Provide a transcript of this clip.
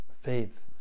faith